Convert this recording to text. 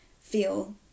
feel